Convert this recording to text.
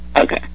Okay